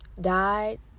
died